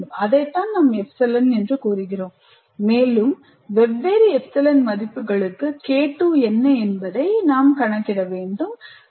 அது Epsilon எனக் கூறப்படுகிறது மேலும் வெவ்வேறு ε மதிப்புகளுக்கு K2 என்ன என்பதைக் கணக்கிடுகிறேன்